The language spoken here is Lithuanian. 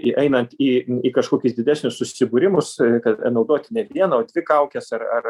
įeinant į kažkokius didesnius susibūrimus kad naudoti ne vieną o dvi kaukes ar ar